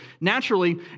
naturally